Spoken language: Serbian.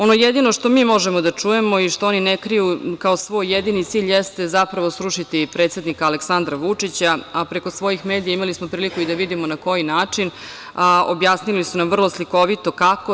Ono jedino što mi možemo da čujemo i što oni ne kriju kao svoj jedini cilj jeste zapravo srušiti predsednika Aleksandra Vučića, a preko svojih medija imali smo priliku i da vidimo na koji način, a objasnili su nam vrlo slikovito kako.